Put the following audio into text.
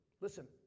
listen